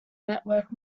network